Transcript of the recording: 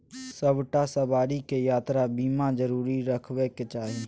सभटा सवारीकेँ यात्रा बीमा जरुर रहबाक चाही